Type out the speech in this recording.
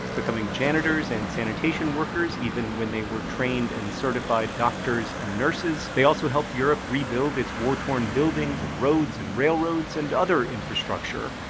becoming janitors and sanitation workers even when they were trained and certified doctors and nurses. they also helped europe rebuild its war-torn buildings, and roads, and railroads, and other infrastructure.